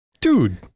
Dude